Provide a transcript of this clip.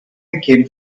became